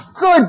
Good